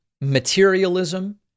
materialism